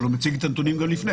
אבל הוא מציג את הנתונים גם לפני.